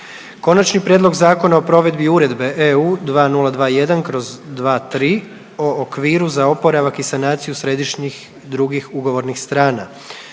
donesen Zakon o provedbi Uredba(EU) 2021/23 o okviru za oporavak i sanaciju središnjih drugih ugovornih strana.